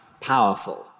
powerful